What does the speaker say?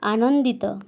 ଆନନ୍ଦିତ